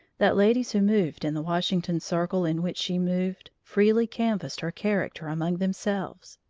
that ladies who moved in the washington circle in which she moved, freely canvassed her character among themselves.